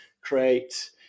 create